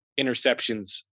interceptions